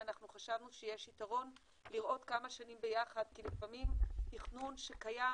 שאנחנו חשבנו שיש יתרון לראות כמה שנים ביחד כי לפעמים תכנון שקיים,